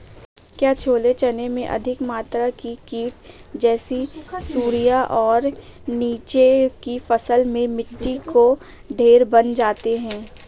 क्या छोले चने में अधिक मात्रा में कीट जैसी सुड़ियां और नीचे की फसल में मिट्टी का ढेर बन जाता है?